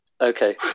Okay